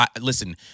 Listen